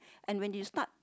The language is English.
and when you start